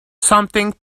something